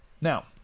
Now